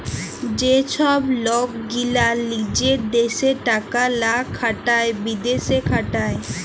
যে ছব লক গীলা লিজের দ্যাশে টাকা লা খাটায় বিদ্যাশে খাটায়